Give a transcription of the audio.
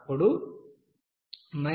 అప్పుడు 0